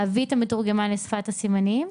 להביא את המתורגמן לשפת הסימנים.